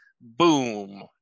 Boom